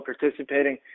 participating